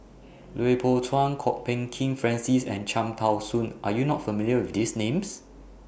Lui Pao Chuen Kwok Peng Kin Francis and Cham Tao Soon Are YOU not familiar with These Names